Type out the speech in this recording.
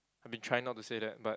have been trying not to say that but